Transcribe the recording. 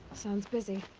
sounds busy.